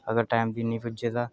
अगर टैम दी नेईं पुज्जै तां